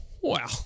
wow